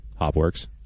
Hopworks